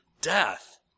death